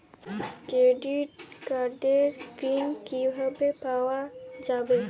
Credit কার্ডের pin কিভাবে পাওয়া যাবে?